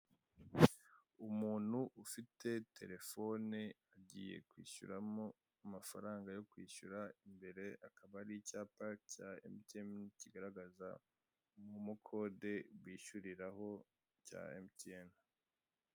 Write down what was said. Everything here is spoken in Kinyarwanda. Umuntu ufite telefone ugiye kwishyuramo amafaranga yo kwishyura, imbere hakaba hari icyapa cya MTN cyigaragaza momo kode bishyuriraho cya MTN.